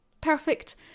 Perfect